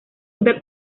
otra